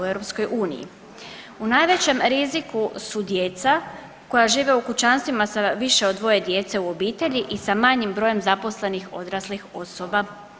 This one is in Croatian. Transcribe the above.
U najvećem riziku su djeca koja žive u kućanstvima sa više od dvoje djece u obitelji i sa manjim brojem zaposlenih odraslih osoba.